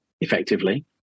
effectively